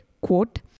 quote